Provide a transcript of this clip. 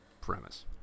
premise